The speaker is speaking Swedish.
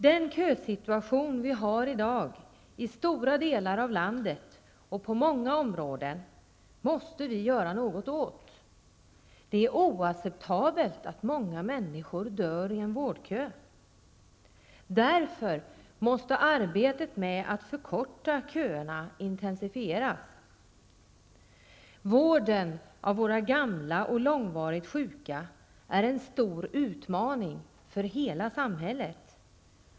Den kösituation vi i dag har i stora delar av landet och på många områden måste vi göra något åt. Det är oacceptabelt att många människor dör i en vårdkö. Därför måste arbetet med att förkorta köerna intensifieras. Vården av våra gamla och långvarigt sjuka är en stor utmaning för hela samhället.